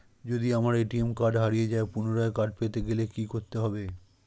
যদি আমার ATM card হারিয়ে যায় পুনরায় কার্ড পেতে গেলে কি করতে হবে?